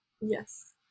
Yes